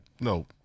no